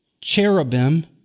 cherubim